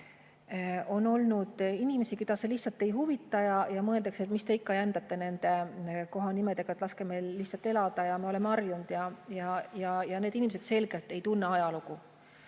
On olnud inimesi, keda see lihtsalt ei huvita. Mõeldakse, et mis te ikka jändate nende kohanimedega, laske meil lihtsalt elada, me oleme nii harjunud. Need inimesed selgelt ei tunne ajalugu.